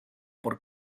por